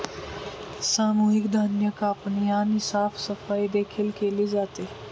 सामूहिक धान्य कापणी आणि साफसफाई देखील केली जाते